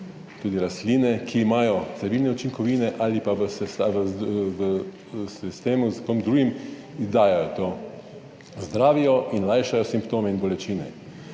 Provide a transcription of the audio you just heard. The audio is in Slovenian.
tudi rastline, ki imajo zdravilne učinkovine ali pa v sistemu in s kom drugim izdajajo to, zdravijo in lajšajo simptome in bolečine.